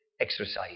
exercise